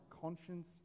conscience